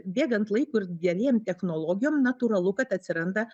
bėgant laikui ir gerėjant technologijom natūralu kad atsiranda